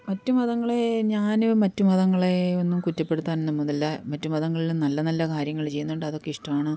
മറ്റു മതങ്ങളെ ഞാന് മറ്റു മതങ്ങളെ ഒന്നും കുറ്റപ്പെടുത്താൻ ഒന്നും പോകുന്നില്ല മറ്റു മതങ്ങളില് നല്ല നല്ല കാര്യങ്ങൾ ചെയ്യുന്നുണ്ട് അതൊക്കെ ഇഷ്ടമാണ്